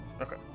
Okay